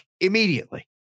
immediately